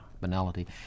banality